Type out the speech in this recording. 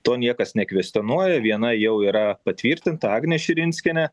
to niekas nekvestionuoja viena jau yra patvirtinta agnė širinskienė